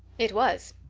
it was.